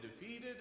defeated